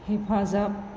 हेफाजाब